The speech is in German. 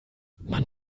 man